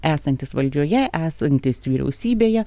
esantys valdžioje esantys vyriausybėje